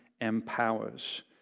empowers